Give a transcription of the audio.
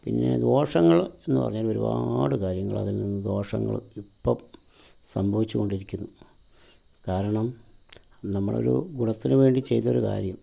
പിന്നെ ദോഷങ്ങൾ എന്ന് പറഞ്ഞാൽ ഒരുപാട് കാര്യങ്ങൾ അതിൽ നിന്ന് ദോഷങ്ങൾ ഇപ്പം സംഭവിച്ച് കൊണ്ടിരിക്കുന്നു കാരണം നമ്മളൊരു ഗുണത്തിന് വേണ്ടി ചെയ്തൊരു കാര്യം